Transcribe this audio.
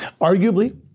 Arguably